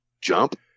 jump